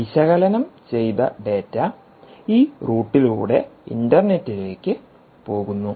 വിശകലനം ചെയ്ത ഡാറ്റ ഈ റൂട്ടിലൂടെ ഇന്റർനെറ്റിലേയ്ക് പോകുന്നു